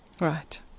Right